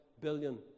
billion